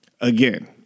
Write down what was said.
Again